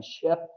ship